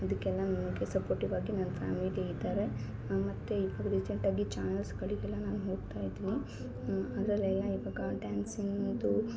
ಅದಕ್ಕೆಲ್ಲ ನನಗೆ ಸಪೋರ್ಟಿವ್ ಆಗಿ ನನ್ನ ಫ್ಯಾಮಿಲಿ ಇದ್ದಾರೆ ಮತ್ತು ಈಗ ರಿಜೆಕ್ಟ್ ಆಗಿ ಚಾನೆಲ್ಸ್ಗಳಿಗೆಲ್ಲ ನಾನು ಹೋಗ್ತಾ ಇದ್ದೀನಿ ಅದ್ರಲ್ಲಿ ಎಲ್ಲ ಇವಾಗ ಡ್ಯಾನ್ಸಿಂಗ್ದು